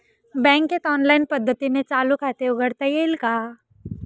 बँकेत ऑनलाईन पद्धतीने चालू खाते उघडता येईल का?